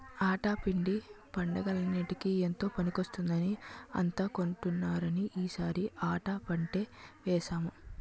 ఆటా పిండి పండగలన్నిటికీ ఎంతో పనికొస్తుందని అంతా కొంటున్నారని ఈ సారి ఆటా పంటే వేసాము